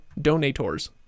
donators